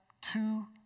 two